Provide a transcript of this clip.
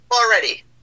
already